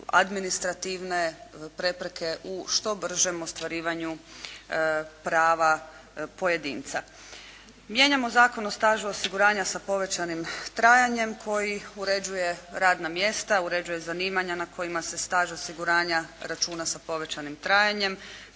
administrativne prepreke u što bržem ostvarivanju prava pojedinca. Mijenjamo Zakon o stažu osiguranja s povećanim trajanjem koji uređuje radna mjesta, uređuje zanimanja na kojima se staž osiguranja računa sa povećanim trajanjem,